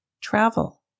Travel